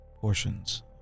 portions